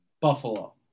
Buffalo